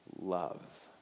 love